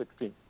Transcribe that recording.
2016